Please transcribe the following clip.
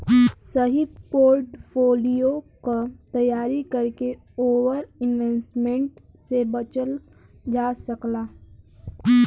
सही पोर्टफोलियो क तैयारी करके ओवर इन्वेस्टमेंट से बचल जा सकला